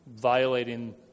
violating